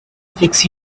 fix